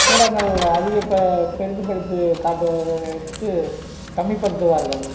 ஊடகங்களில் அதிக இப்போ பெரிதுப்படுத்தி காட்டுவது வந்துட்டு கம்மிப்படுத்துவார்கள்